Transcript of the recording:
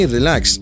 Relax